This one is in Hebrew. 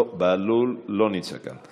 לא, בהלול לא נמצא כאן.